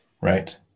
Right